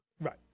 Right